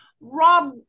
rob